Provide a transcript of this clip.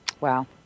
Wow